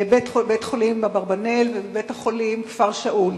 בבית-החולים "אברבנאל" ובבית-החולים "כפר שאול".